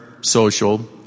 social